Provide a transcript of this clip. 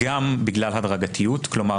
גם בגלל הדרגתיות, כלומר